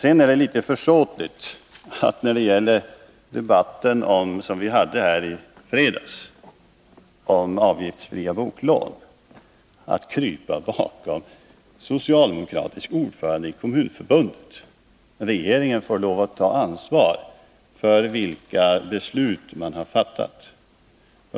Sedan är det litet försåtligt, när det gäller debatten som vi hade i fredags om avgiftsfria boklån, att krypa bakom en socialdemokratisk ordförande i Kommunförbundet. Regeringen får lov att ta ansvar för de beslut den har fattat.